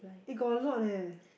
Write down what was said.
they got a lot eh